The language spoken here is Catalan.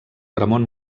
ramon